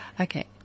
Okay